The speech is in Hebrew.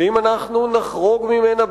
שאם אנחנו נחרוג ממנה,